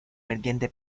pendiente